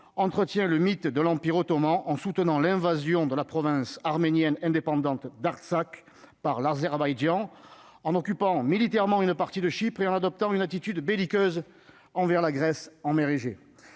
entretient le mythe de l'Empire ottoman, en soutenant l'invasion de la province arménienne indépendante d'Artsakh par l'Azerbaïdjan en occupant militairement une partie de Chypre et en adoptant une attitude belliqueuse envers la Grèce en mer Égée